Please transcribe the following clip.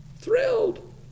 Thrilled